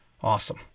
awesome